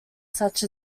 such